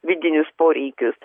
vidinius poreikius